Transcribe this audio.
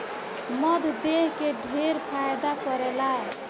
मध देह के ढेर फायदा करेला